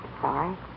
Sorry